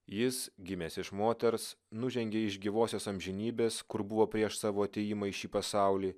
jis gimęs iš moters nužengė iš gyvosios amžinybės kur buvo prieš savo atėjimą į šį pasaulį